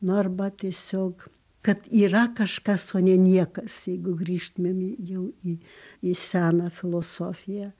na arba tiesiog kad yra kažkas o ne niekas jeigu grįžtumėm jau į į seną filosofiją